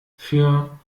für